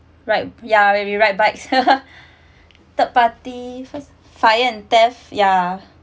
right yeah maybe ride bikes third party fire and theft ya